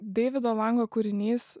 deivido lango kūrinys